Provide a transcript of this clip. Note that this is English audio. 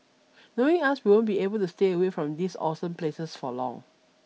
knowing us we won't be able to stay away from these awesome places for long